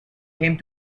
came